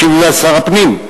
משיב שר הפנים.